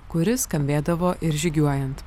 kuri skambėdavo ir žygiuojant